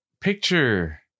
picture